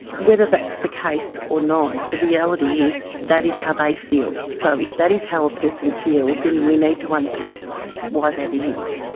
whether that's the case or not, the reality is that is how they feel. so if that is how a person feels, and then we need to unpack why that is.